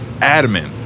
adamant